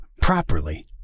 properly